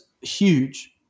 huge